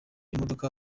imodoka